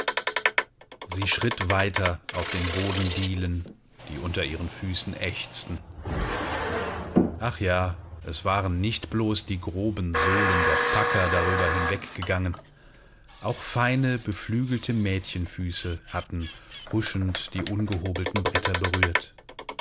sie schritt weiter auf den bodendielen die unter ihren füßen ächzten ach ja es waren nicht bloß die groben sohlen der packer darüber hingegangen auch feine beflügelte mädchenfüße hatten huschend die ungehobelten bretter berührt